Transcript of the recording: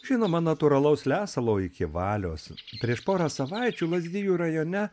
žinoma natūralaus lesalo iki valios prieš porą savaičių lazdijų rajone